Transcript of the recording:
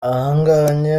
ahanganye